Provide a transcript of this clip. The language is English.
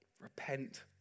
Repent